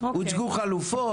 הוצגו חלופות,